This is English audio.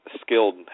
skilled